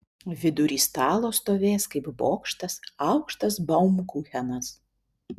vidury stalo stovės kaip bokštas aukštas baumkuchenas